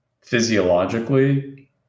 physiologically